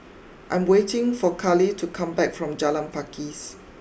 I'm waiting for Kalie to come back from Jalan Pakis